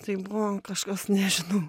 tai buvo kažkas nežinau